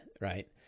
right